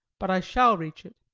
but i shall reach it,